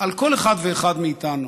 על כל אחד ואחד מאיתנו,